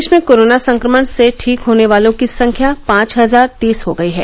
प्रदेश में कोरोना संक्रमण से ठीक होने वालों की संख्या पांच हजार तीस हो गई है